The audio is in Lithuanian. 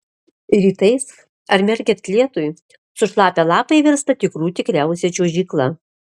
rytais ar merkiant lietui sušlapę lapai virsta tikrų tikriausia čiuožykla